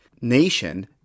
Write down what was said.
nation